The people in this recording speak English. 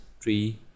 three